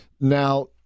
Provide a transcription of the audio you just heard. Now